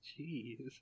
jeez